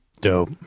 Dope